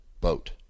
boat